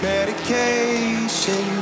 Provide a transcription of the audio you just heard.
Medication